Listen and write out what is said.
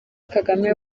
kagame